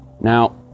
now